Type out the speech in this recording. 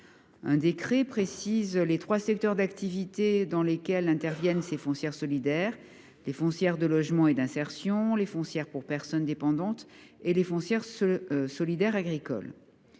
Un décret précise les trois secteurs d’activité dans lesquels interviennent ces foncières solidaires : il peut s’agir de foncières de logement et d’insertion, de foncières pour personnes dépendantes et de foncières solidaires agricoles.